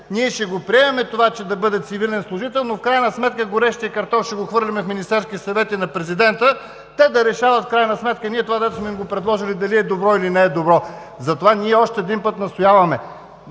ние ще приемем това да бъде цивилен служител, но в крайна сметка горещия картоф ще го хвърлим в Министерския съвет и на президента. Те да решават в крайна сметка това, дето сме им го предложили, дали е добро, или не е добро. Затова още един път настояваме